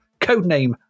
codename